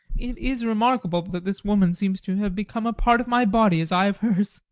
it is remarkable that this woman seems to have become a part of my body as i of hers.